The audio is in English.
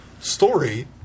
story